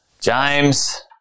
James